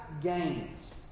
gains